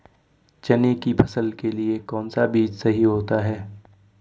चने की फसल के लिए कौनसा बीज सही होता है?